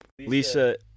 Lisa